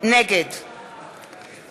נגד